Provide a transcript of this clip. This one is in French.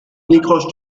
décroche